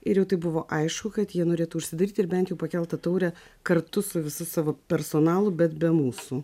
ir jau tai buvo aišku kad jie norėtų užsidaryti ir bent jau pakelt tą taurę kartu su visu savo personalu bet be mūsų